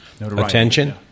attention